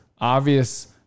obvious